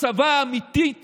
הקצבה אמיתית